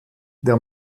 der